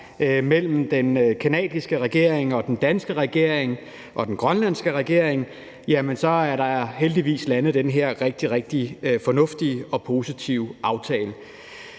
mellem den canadiske regering og den danske regering og den grønlandske regering er der heldigvis landet den her rigtig, rigtig fornuftige og positive aftale.